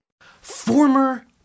Former